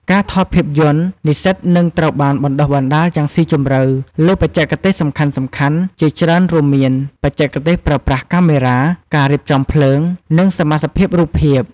ការថតភាពយន្ត និស្សិតនឹងត្រូវបានបណ្ដុះបណ្ដាលយ៉ាងស៊ីជម្រៅលើ បច្ចេកទេសសំខាន់ៗ ជាច្រើនរួមមានបច្ចេកទេសប្រើប្រាស់កាមេរ៉ា ការរៀបចំភ្លើង និងសមាសភាពរូបភាព។